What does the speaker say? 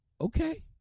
okay